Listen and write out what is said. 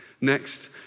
next